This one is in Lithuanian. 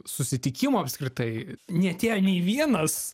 susitikimo apskritai neatėjo nei vienas